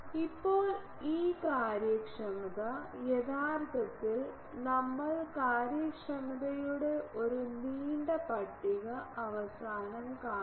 ഇപ്പോൾ ഈ കാര്യക്ഷമത ആദ്യത്തേത് യഥാർത്ഥത്തിൽ നമ്മൾ കാര്യക്ഷമതയുടെ ഒരു നീണ്ട പട്ടിക അവസാനം കാണും